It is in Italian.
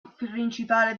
principale